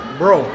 bro